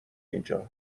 اینجا